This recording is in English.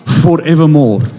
forevermore